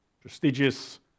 prestigious